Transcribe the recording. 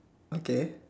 okay